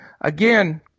again